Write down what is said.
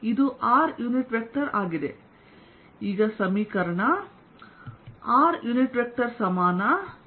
ಇದು r unit vector ಆಗಿದೆ